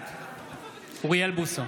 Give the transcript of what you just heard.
בעד אוריאל בוסו,